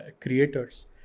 creators